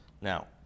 Now